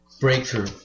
breakthrough